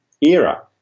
era